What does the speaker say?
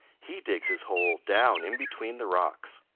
he digs his hole down in between the rocks.